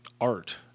art